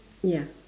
ya